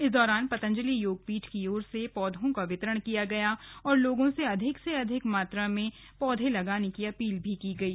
इस दौरान पतंजंलि योगपीठ की ओर से पौधों का वितरण किया गया और लोगों से अधिक से अधिक पौधे लगाने की अपील की गयी